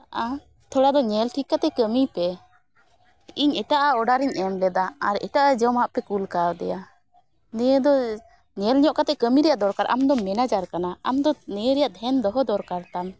ᱟᱨ ᱛᱷᱚᱲᱟ ᱫᱚ ᱧᱮᱞ ᱴᱷᱤᱠ ᱠᱟᱛᱮ ᱠᱟᱹᱢᱤᱭ ᱯᱮ ᱤᱧ ᱮᱴᱟᱜ ᱟᱜ ᱚᱰᱟᱨᱤᱧ ᱮᱢ ᱞᱮᱫᱟ ᱟᱨ ᱮᱴᱟᱜ ᱟᱜ ᱡᱚᱢᱟᱜ ᱯᱮ ᱠᱩᱞ ᱠᱟᱣᱫᱮᱭᱟ ᱱᱤᱭᱟᱹ ᱫᱚ ᱧᱮᱞ ᱧᱚᱜ ᱠᱟᱛᱮ ᱠᱟᱹᱢᱤ ᱨᱮᱭᱟᱜ ᱫᱚᱨᱠᱟᱨ ᱟᱢ ᱫᱚᱢ ᱢᱮᱱᱮᱡᱟᱨ ᱠᱟᱱᱟ ᱟᱨ ᱟᱢ ᱫᱚ ᱱᱤᱭᱟᱹ ᱨᱮᱭᱟᱜ ᱫᱷᱮᱭᱟᱱ ᱫᱚᱦᱚ ᱫᱚᱨᱠᱟᱨ ᱛᱟᱢ